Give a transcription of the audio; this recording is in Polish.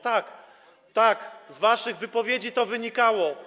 Tak, tak, z waszych wypowiedzi to wynikało.